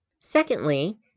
Secondly